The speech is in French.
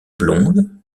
blonde